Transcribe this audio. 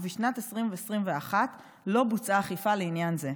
ובשנת 2021 לא בוצעה אכיפה בעניין זה.